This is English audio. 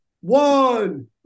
one